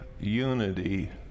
unity